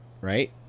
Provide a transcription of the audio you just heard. right